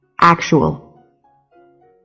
ACTUAL